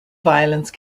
violence